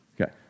Okay